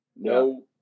No